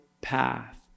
path